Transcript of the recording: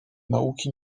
nauki